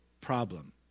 problem